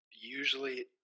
Usually